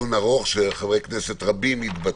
והצעת החוק של ח"כ קרן ברק שהוצמדה: